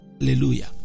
hallelujah